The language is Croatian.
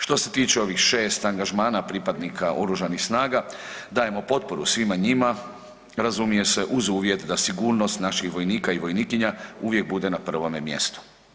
Što se tiče ovih 6 angažmana pripadnika Oružanih snaga dajemo potporu svima njima razumije se uz uvjet da sigurnost naših vojnika i vojnikinja uvijek bude na prvome mjestu.